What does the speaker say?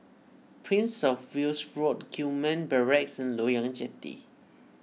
Prince of Wales Road Gillman Barracks and Loyang Jetty